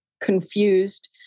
confused